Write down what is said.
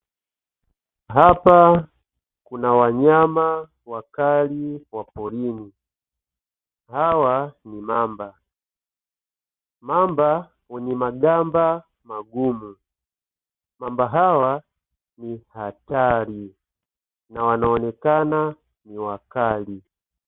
Hapa kuna wanyama wakali ya porini. Hawa ni mamba, mamba wenye magamba magumu. Mamba hawa ni hatari na wanaonekana ni wakali.